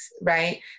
right